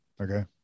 Okay